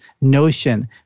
notion